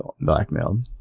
blackmailed